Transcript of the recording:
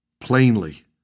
plainly